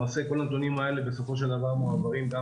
למעשה כל הנתונים האלה בסופו של דבר מועברים גם